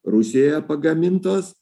rusijoje pagamintos